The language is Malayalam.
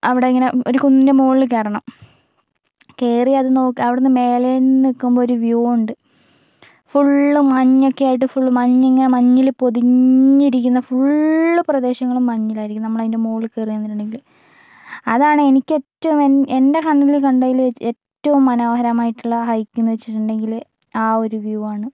അവിടെയിങ്ങനെ ഒരു കുന്നിൻ്റെ മുകളിൽ കയറണം കയറി അത് നോക്ക് അവിടെനിന്ന് മേലെനിന്ന് നിൽക്കുമ്പോൾ ഒരു വ്യൂ ഉണ്ട് ഫുൾ മഞ്ഞൊക്കെയായിട്ട് ഫുൾ മഞ്ഞ് ഇങ്ങനെ മഞ്ഞിൽ പൊതിഞ്ഞിരിക്കുന്ന ഫുള്ള് പ്രദേശങ്ങളും മഞ്ഞിലായിരിക്കും നമ്മൾ അതിൻ്റെ മുകളിൽ കയറി നിന്നിട്ടുണ്ടെങ്കിൽ അതാണ് എനിക്ക് ഏറ്റവും എൻ്റെ എൻ്റെ കണ്ണിൽ കണ്ടതിൽ വച്ച് ഏറ്റവും മനോഹരമായിട്ടുള്ള ഹൈക്ക് എന്നു വച്ചിട്ടുണ്ടെങ്കിൽ ആ ഒരു വ്യൂ ആണ്